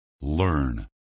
learn